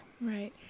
Right